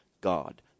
God